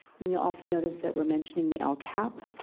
you'll also notice that we're mentioning the lcap,